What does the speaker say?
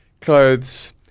clothes